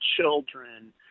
children